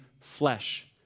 flesh